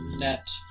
Net